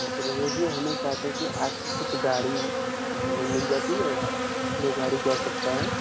हाँ तो भैया जी हम ये चाहते हैं कि आपकी कुछ गाड़ी हमें मिल जाती न हमें गाड़ी की आवश्यकता है